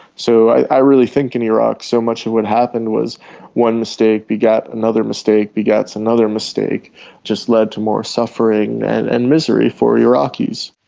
so i really think in iraq so much of what happened was one mistake begat another mistake begat another mistake and just lead to more suffering and and misery for iraqis.